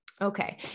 Okay